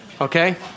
okay